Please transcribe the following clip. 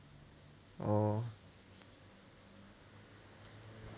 oh